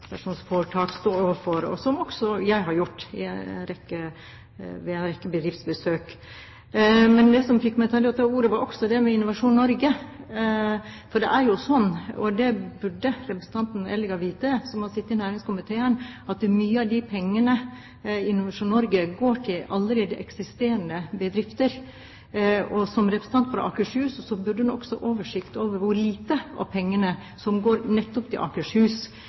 står overfor, som også jeg har gjort ved en rekke bedriftsbesøk. Men det som fikk meg til å ta ordet, var Innovasjon Norge, for det er jo slik – og det burde representanten Eldegard vite, som har sittet i næringskomiteen – at mye av pengene i Innovasjon Norge går til allerede eksisterende bedrifter. Som representant for Akershus burde hun også ha oversikt over hvor lite av pengene som går nettopp til Akershus.